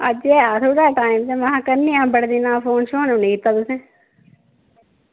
अज्ज ऐ हा टाईम ते में हा करनी आं बड़े दिन दा तुसें बी निं कीता फोन